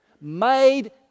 made